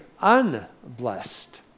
unblessed